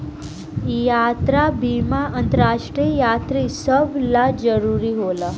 यात्रा बीमा अंतरराष्ट्रीय यात्री सभ ला जरुरी होला